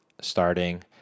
starting